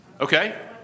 Okay